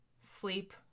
sleep